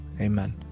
amen